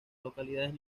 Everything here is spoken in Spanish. localidades